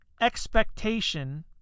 Expectation